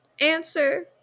answer